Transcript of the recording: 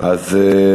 בסדר.